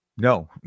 No